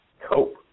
cope